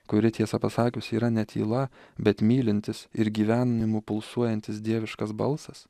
kuri tiesą pasakius yra ne tyla bet mylintis ir gyvenimu pulsuojantis dieviškas balsas